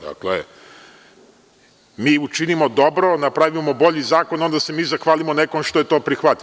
Dakle, mi učinimo dobro, napravimo bolji zakon, onda se mi zahvalimo nekom što je to prihvatio.